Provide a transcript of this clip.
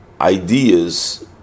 ideas